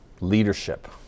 leadership